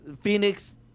Phoenix